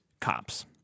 cops